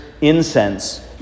incense